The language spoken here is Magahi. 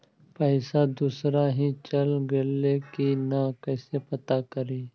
पैसा दुसरा ही चल गेलै की न कैसे पता करि?